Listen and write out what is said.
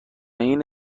این